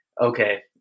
Okay